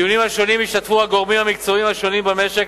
בדיונים השונים השתתפו הגורמים המקצועיים השונים במשק,